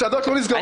מסעדות לא נסגרות.